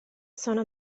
sono